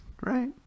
right